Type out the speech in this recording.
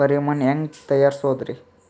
ಕರಿ ಮಣ್ ಹೆಂಗ್ ತಯಾರಸೋದರಿ?